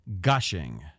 gushing